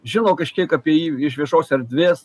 žino kažkiek apie jį iš viešos erdvės